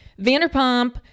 Vanderpump